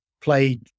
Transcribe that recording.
played